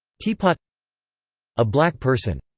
teapot a black person.